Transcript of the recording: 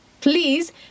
please